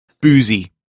Boozy